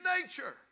nature